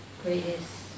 greatest